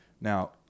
Now